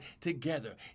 together